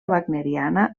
wagneriana